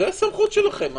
זו הסמכות שלכם.